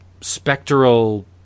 spectral